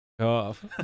off